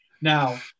now